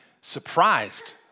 surprised